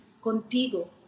contigo